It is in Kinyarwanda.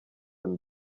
and